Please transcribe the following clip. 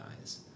eyes